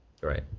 right